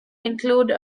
include